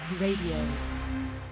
Radio